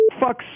fuck